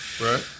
Right